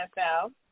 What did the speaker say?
NFL